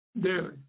daily